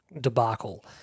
debacle